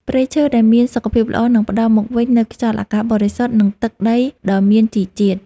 ព្រៃឈើដែលមានសុខភាពល្អនឹងផ្តល់មកវិញនូវខ្យល់អាកាសបរិសុទ្ធ និងទឹកដីដ៏មានជីជាតិ។